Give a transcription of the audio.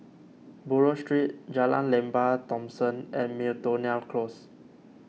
Buroh Street Jalan Lembah Thomson and Miltonia Close